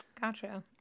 Gotcha